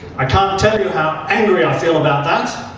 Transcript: i can't tell you how angry i feel about that.